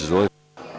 Izvolite.